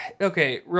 okay